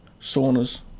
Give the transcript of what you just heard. saunas